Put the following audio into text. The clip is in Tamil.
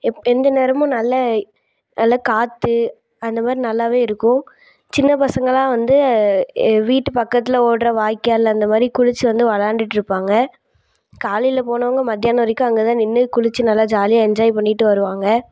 எப் எந்த நேரமும் நல்ல நல்ல காற்று அந்த மாதிரி நல்லாவே இருக்கும் சின்னப்பசங்களெலாம் வந்து வீட்டுப்பக்கத்தில் ஓடுற வாய்க்கால் அந்த மாதிரி குளிச்சு வந்து விளாண்டுட்டுருப்பாங்க காலையில் போனவங்கள் மதியானம் வரைக்கும் அங்கே தான் நின்று குளிச்சு நல்லா ஜாலியாக என்ஜாய் பண்ணிவிட்டு வருவாங்க